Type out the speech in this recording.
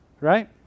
right